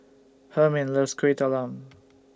Hermine loves Kueh Talam